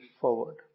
forward